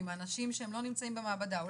עם אנשים שהם לא נמצאים במעבדה?